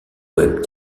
web